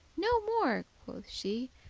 no more, quoth she,